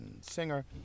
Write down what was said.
singer